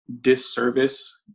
disservice